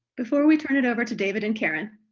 before we turn it over to david and karen,